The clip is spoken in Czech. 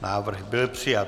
Návrh byl přijat.